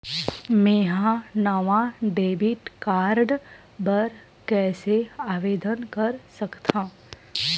मेंहा नवा debit card बर कैसे आवेदन कर सकथव?